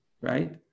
right